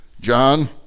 John